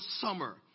summer